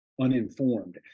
uninformed